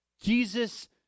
Jesus